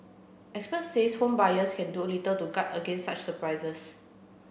experts says home buyers can do little to guard against such surprises